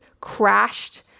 crashed